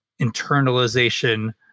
internalization